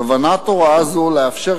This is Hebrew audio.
כוונת הוראה זו לאפשר,